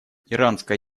иранская